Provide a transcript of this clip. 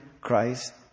Christ